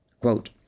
Quote